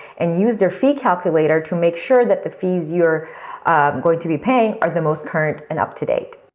and use their fee calculator to make sure that the fees you are going to be paying are the most current and up to date.